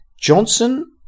Johnson